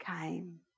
came